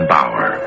Bauer